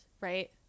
right